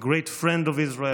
a great friend of Israel.